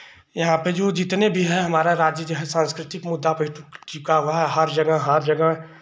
यहाँ पे जो जितने भी हैं हमारा राज्य जो है सांस्कृतिक मुद्दा पर टिका हुआ है हर जगह हर जगह